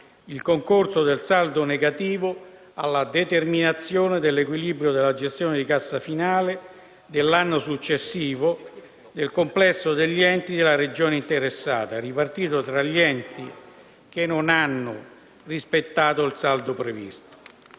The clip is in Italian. il concorso del saldo negativo alla determinazione dell'equilibrio della gestione di cassa finale dell'anno successivo nel complesso degli enti della Regione interessata, ripartito tra gli enti che non hanno rispettato il saldo previsto.